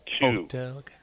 two